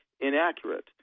inaccurate